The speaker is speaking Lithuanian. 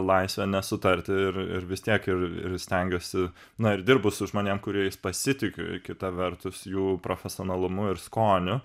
laisvė nesutarti ir ir vis tiek ir ir stengiuosi na ir dirbu su žmonėm kuriais pasitikiu kita vertus jų profesionalumu ir skoniu